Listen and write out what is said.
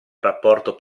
rapporto